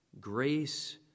grace